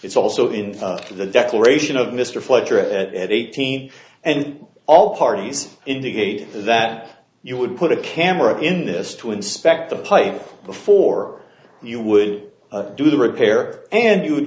it's also in the declaration of mr fletcher at eighteen and all parties indicate that you would put a camera in this to inspect the place before you would do the repair and you